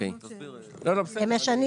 אני רוצה